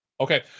Okay